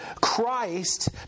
Christ